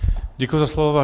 Děkuji za slovo.